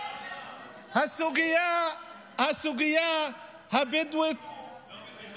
שהסוגיה הבדואית, יוסף, טרנספר לתפוצות.